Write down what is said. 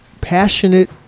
passionate